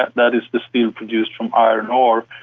that that is the steel produced from iron ore,